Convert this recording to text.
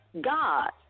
God